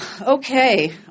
Okay